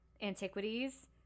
antiquities